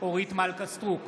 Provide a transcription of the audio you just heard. אורית מלכה סטרוק,